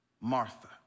Martha